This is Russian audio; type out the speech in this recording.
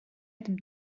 этом